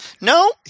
No